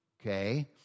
okay